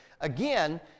again